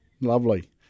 Lovely